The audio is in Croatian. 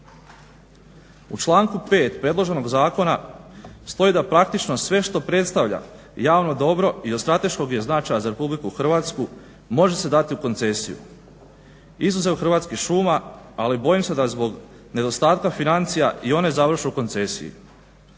U članku 5. predloženog zakona stoji da praktično sve što predstavlja javno dobro i od strateškog je značaja za Republiku Hrvatsku može se dati u koncesiju izuzev Hrvatskih šuma ali bojim se da zbog nedostatka financija i one završe u koncesiji,